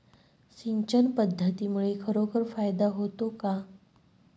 सिंचन पद्धतीमुळे खरोखर फायदा होतो का?